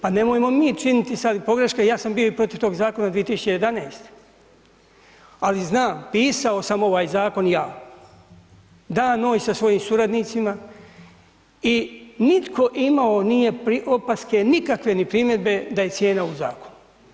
Pa nemojmo mi činiti sad pogreške, ja sam bio i protiv tog zakona 2011., ali znam, pisao sam ovaj zakon ja dan, noć sa svojim suradnicima i nitko imao nije opaske nikakve ni primjedbe da je cijena u zakonu.